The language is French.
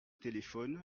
téléphone